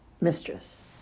mistress